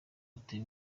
atuye